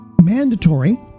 mandatory